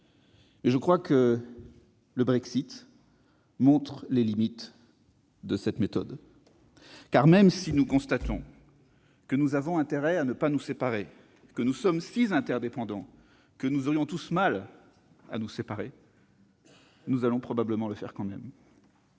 Je crois que le Brexit montre les limites d'une telle méthode. Car, même si nous constatons que nous avons intérêt à ne pas nous séparer, même si nous sommes si interdépendants que nous aurions tous du mal à le faire, nous allons probablement le faire ! Si les